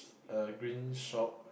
a green shop